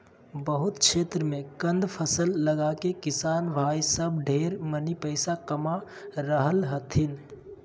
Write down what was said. बहुत क्षेत्र मे कंद फसल लगाके किसान भाई सब ढेर मनी पैसा कमा रहलथिन हें